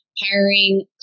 hiring